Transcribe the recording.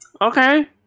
Okay